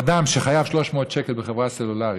אדם שחייב 300 שקל לחברה סלולרית,